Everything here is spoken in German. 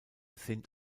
sind